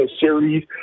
series